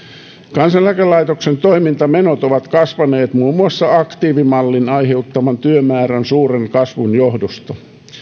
kansaneläkelaitoksen toimintamenot ovat kasvaneet muun muassa aktiivimallin aiheuttaman työmäärän suuren kasvun johdosta